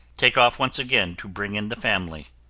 take off once again to bring in the family.